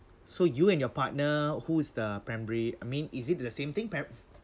so you and your partner who is the primary I mean is it the same thing pri~